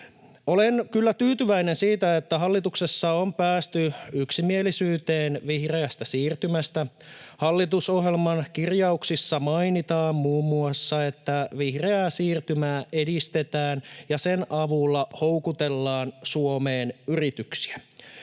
Olen kyllä tyytyväinen siitä, että hallituksessa on päästy yksimielisyyteen vihreästä siirtymästä. Hallitusohjelman kirjauksissa mainitaan muun muassa, että vihreää siirtymää edistetään ja sen avulla houkutellaan Suomeen yrityksiä.